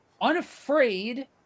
unafraid